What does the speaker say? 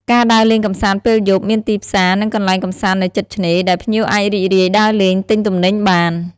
ការដើរលេងកម្សាន្តពេលយប់ មានទីផ្សារ និងកន្លែងកម្សាន្តនៅជិតឆ្នេរ ដែលភ្ញៀវអាចរីករាយដើរលេង ទិញទំនិញបាន។